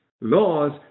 laws